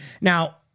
Now